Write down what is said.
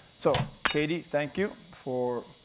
so katy, thank you for